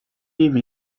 live